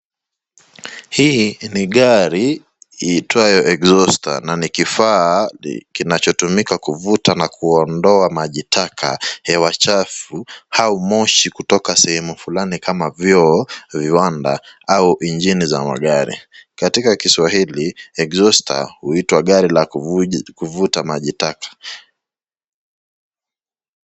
Hii ni gari iitwayo exhauster na ni kifaa kinachotumika kuvuta na kuondoa maji taka, hewa chafu au moshi kutoka sehemu fulani kama: vyoo, viwanda au injini za magari katika kiswahili exhauster huitwa gari la kuvuta maji taka.